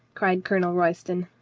cried colonel royston.